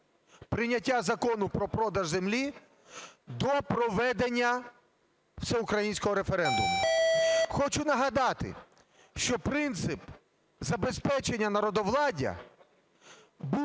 прийняття закону про продаж землі до проведення всеукраїнського референдуму. Хочу нагадати, що принцип забезпечення народовладдя